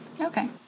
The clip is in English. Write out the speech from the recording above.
Okay